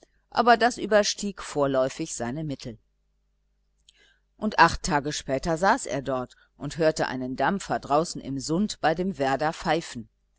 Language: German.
aber das überstieg vorläufig seine mittel und acht tage später saß er dort und hörte einen dampfer draußen im sund bei dem werder pfeifen